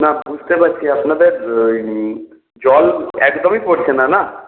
না বুঝতে পারছি আপনাদের জল একদমই পড়ছে না না